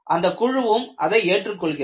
அந்தக் குழுவும் அதை ஏற்றுக் கொள்கிறது